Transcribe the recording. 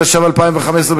התשע"ו 2015,